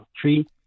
tree